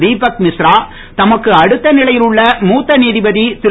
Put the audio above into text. திபக் மிஸ்ரா தமக்கு அடுத்த நிலையில் உள்ள மூத்த நீதிபதி திரு